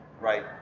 right